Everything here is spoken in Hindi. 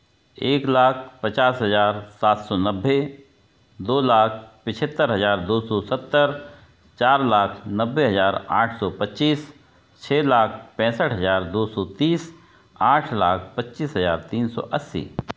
एक लाख पचास हजार सात सौ नब्बे दो लाख पिछत्तर हजार दो सौ सत्तर चार लाख नब्बे हजार आठ सौ पच्चीस छे लाख पैंसठ हजार दो सौ तीस आठ लाख पच्चीस हजार तीन सौ अस्सी